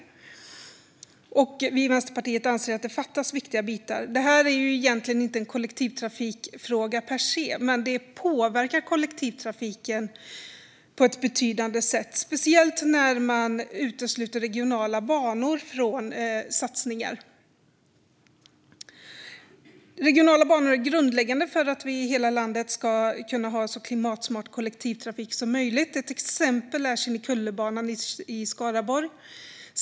Vi i Vänsterpartiet anser att det fattas viktiga bitar. Det här är egentligen inte en kollektivtrafikfråga per se. Men den påverkar kollektivtrafiken på ett betydande sätt, särskilt när man utesluter regionala banor från satsningar. Regionala banor är grundläggande för att vi i hela landet ska kunna ha en så klimatsmart kollektivtrafik som möjligt. Ett exempel är Kinnekullebanan i Skaraborg.